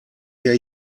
wir